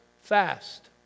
fast